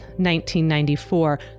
1994